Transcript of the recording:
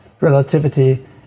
relativity